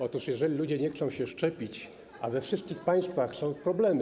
Otóż jeżeli ludzie nie chcą się szczepić, a we wszystkich państwach są problemy.